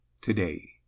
TODAY